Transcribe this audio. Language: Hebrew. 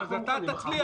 אז אתה תצליח?